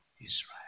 Israel